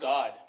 God